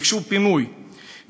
ביקשו פינוי,